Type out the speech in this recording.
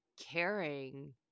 caring